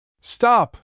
Stop